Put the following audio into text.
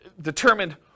determined